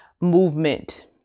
movement